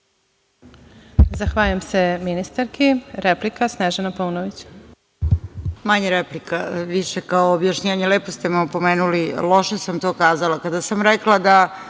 Zahvaljujem se ministarki. Replika, Snežana Paunović.